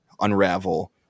unravel